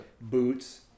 Boots